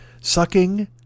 sucking